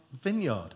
vineyard